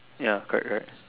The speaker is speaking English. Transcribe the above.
ya correct correct